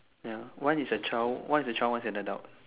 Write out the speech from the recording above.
ya one is a child one is a child one is an adult